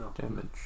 Damage